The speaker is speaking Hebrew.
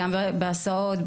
גם בהסעות,